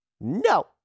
No